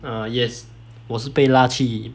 uh yes 我是被拉去